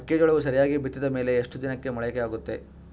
ಮೆಕ್ಕೆಜೋಳವು ಸರಿಯಾಗಿ ಬಿತ್ತಿದ ಮೇಲೆ ಎಷ್ಟು ದಿನಕ್ಕೆ ಮೊಳಕೆಯಾಗುತ್ತೆ?